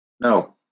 No